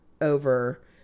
over